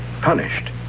Punished